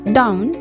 down